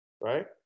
right